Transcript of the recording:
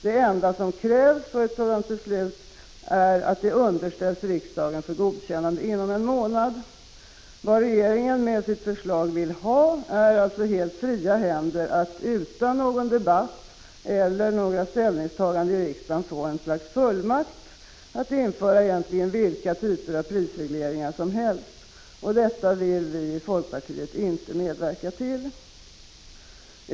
Det enda som krävs för ett sådant beslut är att det underställs riksdagen för godkännande inom en månad. Vad regeringen med sitt förslag vill ha är alltså helt fria händer att utan någon debatt eller några ställningstaganden i riksdagen få ett slags fullmakt att införa vilka typer av prisregleringar som helst. Detta vill vi i folkpartiet inte medverka till.